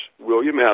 William